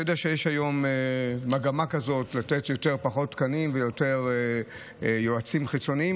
אתה יודע שיש היום מגמה כזאת לתת פחות תקנים ויותר יועצים חיצוניים,